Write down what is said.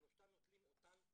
שלושתם נוטלים אותן תרופות,